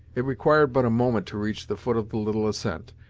it required but a moment to reach the foot of the little ascent,